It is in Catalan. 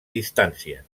distància